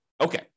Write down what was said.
Okay